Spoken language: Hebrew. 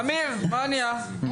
אמיר, מה קורה?